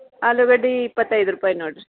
ಆಲೂಗಡ್ಡೆ ಇಪ್ಪತ್ತೈದು ರೂಪಾಯಿ ನೋಡಿರಿ